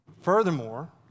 Furthermore